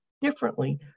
differently